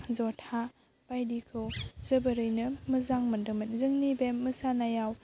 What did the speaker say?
जथा बायदिखौ जोबोरैनो मोजां मोनदोंमोन जोंनि बे मोसानायाव